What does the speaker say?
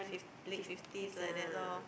fif~ late fifties like that loh